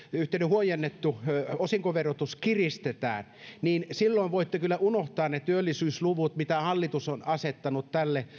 huojennettua osinkoverotusta kiristetään niin silloin voitte kyllä unohtaa ne työllisyysluvut mitä hallitus on asettanut